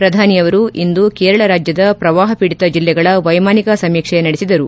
ಪ್ರಧಾನಿ ಅವರು ಇಂದು ಕೇರಳ ರಾಜ್ಜದ ಪ್ರವಾಹ ಪೀಡಿತ ಜಿಲ್ಲೆಗಳ ವೈಮಾನಿಕ ಸಮೀಕ್ಷೆ ನಡೆಸಿದರು